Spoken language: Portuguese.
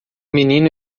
menino